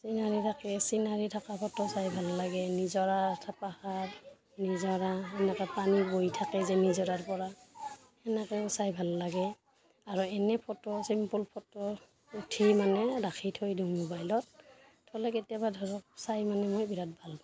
চিনাৰী থাকে চিনাৰী থকা ফটো চাই ভাল লাগে নিজৰা থকা পাহাৰ নিজৰা এনেকৈ পানী বৈ থাকে যে নিজৰাৰপৰা সেনেকৈয়ো চাই ভাল লাগে আৰু এনেই ফটো চিম্পল ফটো উঠি মানে ৰাখি থৈ দিওঁ মোবাইলত থ'লে কেতিয়াবা ধৰক চাই মানে মই বিৰাট ভাল পাওঁ